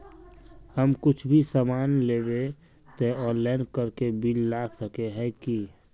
हम कुछ भी सामान लेबे ते ऑनलाइन करके बिल ला सके है की?